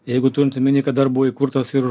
jeigu turint omeny kad dar buvo įkurtas ir